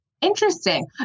Interesting